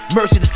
Mercy